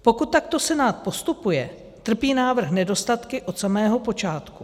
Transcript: Pokud takto Senát postupuje, trpí návrh nedostatky od samého počátku.